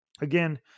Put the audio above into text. again